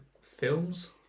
Films